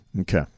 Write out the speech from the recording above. Okay